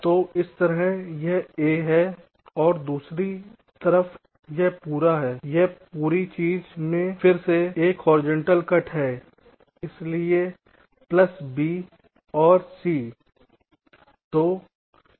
तो एक तरफ यह A है और दूसरी तरफ यह पूरा है इस पूरी चीज में फिर से एक हॉरिजेंटल कट है इसलिए प्लस B और C